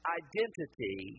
identity